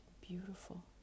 beautiful